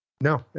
No